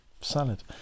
salad